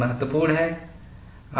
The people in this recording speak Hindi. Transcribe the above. आपके कई मापदण्ड हो सकते हैं